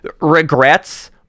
Regrets